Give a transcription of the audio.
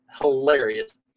hilarious